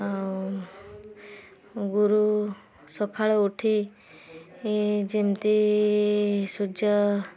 ଆଉ ଗୁରୁ ସକାଳୁ ଉଠି ଯେମିତି ସୂର୍ଯ୍ୟ